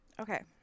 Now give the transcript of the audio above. Okay